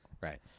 right